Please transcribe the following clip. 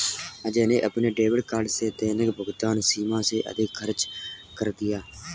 अजय ने अपने debit card की दैनिक भुगतान सीमा से अधिक खर्च कर दिया